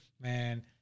man